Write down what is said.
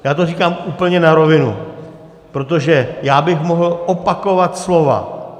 Já to říkám úplně na rovinu, protože já bych mohl opakovat slova.